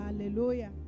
Hallelujah